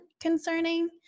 concerning